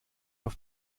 auf